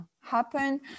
happen